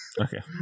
okay